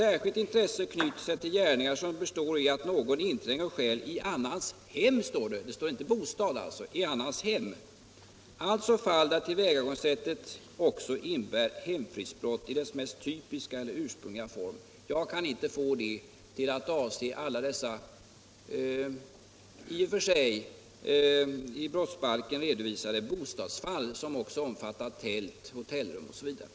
Där står: ”Särskilt intresse knyter sig till gärningar som består i att någon intränger och stjäl i annans hem,” — det står alltså inte bostad utan hem —-” alltså fall där tillvägagångssättet också innebär hemfridsbrott i dess mest typiska och ursprungliga form.” Jag kan inte finna att det skrivna avser alla de exempel på bostad som är inneslutna i brottsbalkens vidsträckta bostadsbegrepp, dvs. tält, hotellrum osv.